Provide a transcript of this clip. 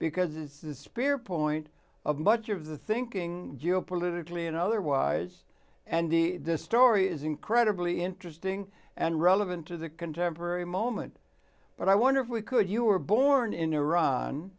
because it's the spear point of much of the thinking you know politically and otherwise and the story is incredibly interesting and relevant to the contemporary moment but i wonder if we could you were born in iran